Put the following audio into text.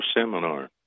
seminar